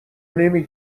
نمی